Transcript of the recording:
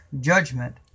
judgment